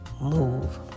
move